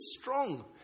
strong